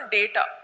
data